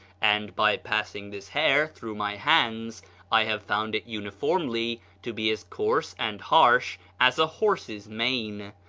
and by passing this hair through my hands i have found it uniformly to be as coarse and harsh as a horse's mane,